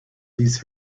these